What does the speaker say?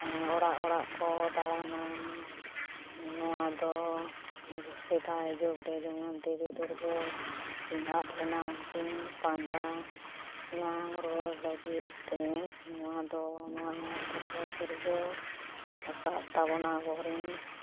ᱢᱟᱱᱮ ᱚᱲᱟᱜ ᱚᱲᱟᱜ ᱠᱚ ᱫᱟᱬᱟᱱᱟ ᱱᱚᱣᱟ ᱫᱚ ᱥᱮᱫᱟᱭ ᱡᱩᱜᱽᱨᱮ ᱡᱮᱢᱚᱱ ᱫᱮᱵᱤ ᱫᱩᱨᱜᱟᱹ ᱠᱤᱱ ᱟᱫᱞᱮᱱᱟ ᱩᱱᱠᱤᱱ ᱯᱟᱸᱡᱟ ᱧᱟᱢ ᱨᱩᱣᱟᱹᱲ ᱞᱟᱹᱜᱤᱫ ᱛᱮ ᱱᱚᱣᱟ ᱫᱚ ᱱᱚᱣᱟ ᱮᱱᱮᱡ ᱫᱚᱠᱚ ᱥᱤᱨᱡᱟᱹᱣ ᱟᱠᱟᱫ ᱛᱟᱵᱚᱱᱟ ᱟᱵᱚ ᱨᱮᱱ